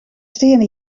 steane